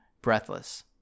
Breathless